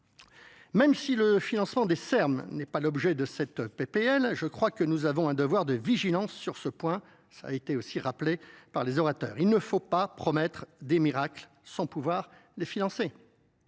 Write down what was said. Même si le financement des Serbes n'est pas l'objet de cette P l je crois que nous avons je crois que nous avons un devoir de vigilance sur ce point cela a été aussi rappelé par les orateurs il ne faut pas promettre des miracles sans pouvoir les financer